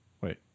Wait